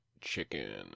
Chicken